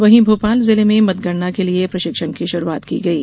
वहीं भोपाल जिले में मतगणना के लिए प्रशिक्षण की शुरूआत की गयी